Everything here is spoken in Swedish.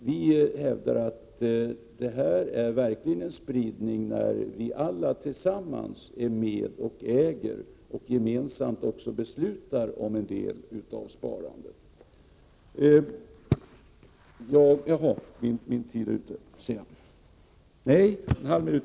Vi hävdar att det här verkligen är en spridning, när vi alla tillsammans är med och äger och gemensamt också beslutar om en del av sparandet.